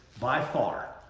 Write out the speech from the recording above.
by far,